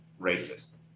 racist